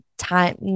Time